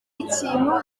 ikintu